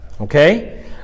Okay